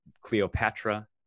Cleopatra